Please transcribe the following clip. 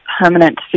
permanent